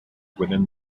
within